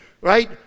right